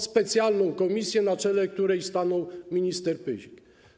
Specjalną komisję, na czele której stanął minister Pyzik.